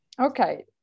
Okay